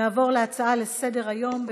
נעבור להצעה לסדר-היום מס'